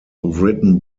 written